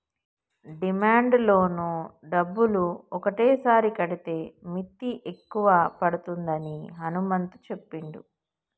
demand loan డబ్బులు ఒకటేసారి కడితే మిత్తి ఎక్కువ పడుతుందని హనుమంతు చెప్పిండు